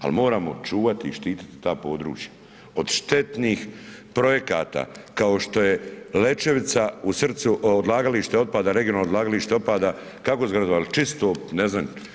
Ali moramo čuvati i štititi ta područja od štetnih projekata kao što je Lečevica u srcu odlagalište otpada, regionalno odlagalište otpada kako su ga nazvali čisto ne znam.